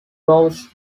flows